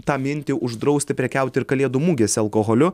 tą mintį uždrausti prekiauti ir kalėdų mugėse alkoholiu